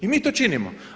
I mi to činimo.